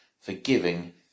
forgiving